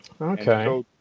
Okay